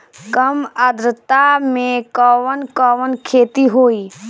कम आद्रता में कवन कवन खेती होई?